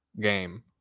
game